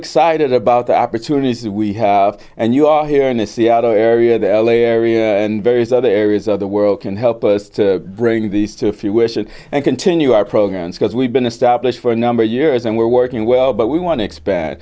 excited about the opportunities we have and you are here in the seattle area the l a area and various other areas of the world can help us to bring these to if you wish and continue our programs because we've been established for a number of years and we're working well but we want to expand